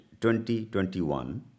2021